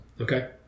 okay